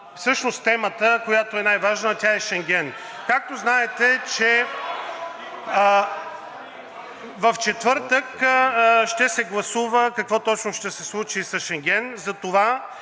всъщност темата, която е най-важна, а тя е Шенген. Както знаете, в четвъртък ще се гласува какво точно ще се случи с Шенген, затова